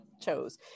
chose